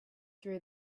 threw